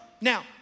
Now